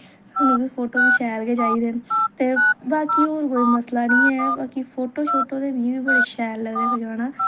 सानू फ्ही फोटो बी शैल गै चाहिदे न ते बाकी होर कोई मसला नी ऐ बाकी फोटो शोटो ते मिगी बी बड़े शैल लगदे खचाना